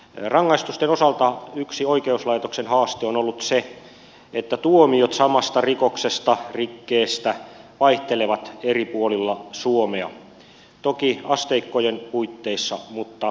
rangaistusten osalta yksi oikeuslaitoksen haaste on ollut se että tuomiot samasta rikoksesta rikkeestä vaihtelevat eri puolilla suomea toki asteikkojen puitteissa mutta kuitenkin